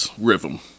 rhythm